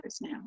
now